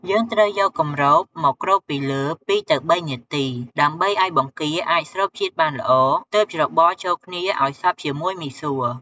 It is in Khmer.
យើងត្រូវយកគម្របមកគ្របពីលើ ២ ទៅ៣នាទី ដើម្បីឲ្យបង្គាអាចស្រូបជាតិបានល្អ ទើបច្របល់ចូលគ្នាឱ្យសព្វជាមួយមីសួរ។